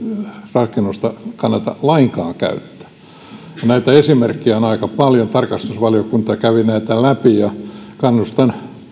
rakennusta kannata lainkaan käyttää näitä esimerkkejä on aika paljon tarkastusvaliokunta kävi näitä läpi kannustan